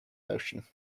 motion